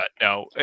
no